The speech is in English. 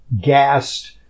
gassed